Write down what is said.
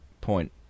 point